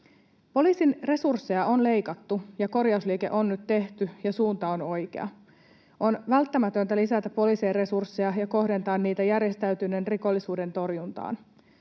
Poliisin resursseja on leikattu. Korjausliike on nyt tehty ja suunta on oikea. On välttämätöntä lisätä poliisien resursseja ja kohdentaa niitä järjestäytyneen rikollisuuden torjuntaan.